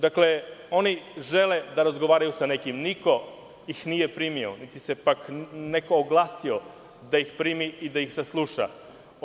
Dakle, oni žele da razgovaraju sa nekim, ali niko ih nije primio, niti se pak neko oglasio da ih primi i da ih sasluša.